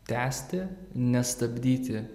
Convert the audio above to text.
tęsti nestabdyti